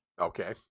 Okay